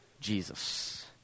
Jesus